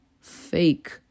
fake